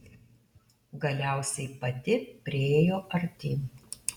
galiausiai pati priėjo artyn